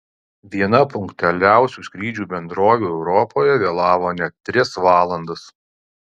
viena punktualiausių skrydžių bendrovių europoje vėlavo net tris valandas